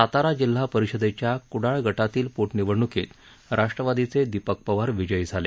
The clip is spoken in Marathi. सातारा जिल्हा परिषदेच्या कुडाळ गटातील पोटनिवडणूकीत राष्ट्रवादीचे दीपक पवार विजयी झाले